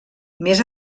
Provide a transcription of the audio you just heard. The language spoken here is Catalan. més